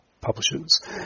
publishers